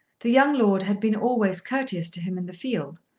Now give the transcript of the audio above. the young lord had been always courteous to him in the field,